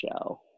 show